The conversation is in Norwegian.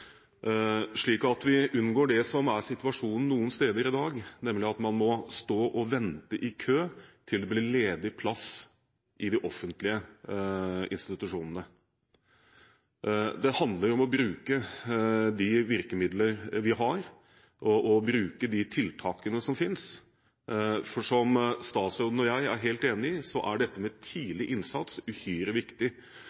slik at vi unngår det som er situasjonen noen steder i dag, nemlig at man må stå og vente i kø til det blir ledig plass i de offentlige institusjonene. Det handler om å bruke de virkemidler vi har, og å bruke de tiltakene som fins. For som statsråden og jeg er helt enige om, er dette med